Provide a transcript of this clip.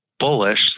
bullish